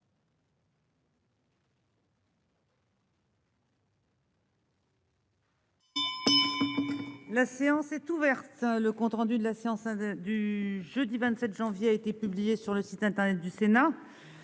La séance est ouverte le compte-rendu de la séance du jeudi 27 janvier a été publié sur le site internet du Sénat